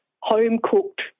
home-cooked